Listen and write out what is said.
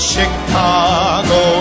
Chicago